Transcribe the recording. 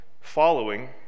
following